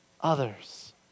others